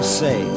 say